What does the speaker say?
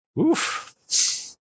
Oof